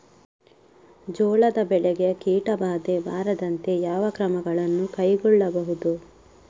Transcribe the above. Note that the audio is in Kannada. ಜೋಳದ ಬೆಳೆಗೆ ಕೀಟಬಾಧೆ ಬಾರದಂತೆ ಯಾವ ಕ್ರಮಗಳನ್ನು ಕೈಗೊಳ್ಳಬಹುದು?